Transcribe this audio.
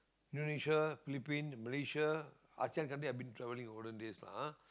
Indonesia Philippines Malaysia Asean country I've been travelling in olden days lah ah